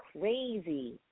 crazy